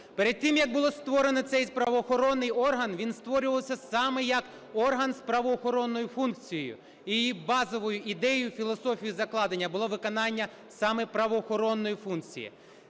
Перед тим, як було створено цей правоохоронний орган, він створювався саме як орган з правоохоронною функцією. Її базовою ідеєю і філософією закладення було виконання саме правоохоронної функції.